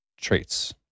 traits